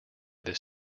this